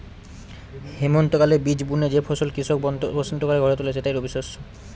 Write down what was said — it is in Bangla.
হেমন্তকালে বীজ বুনে যে ফসল কৃষক বসন্তকালে ঘরে তোলে সেটাই রবিশস্য